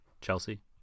Chelsea